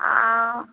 आ